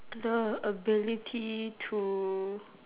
the ability to